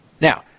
Now